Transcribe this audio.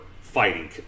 fighting